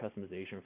customization